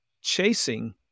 chasing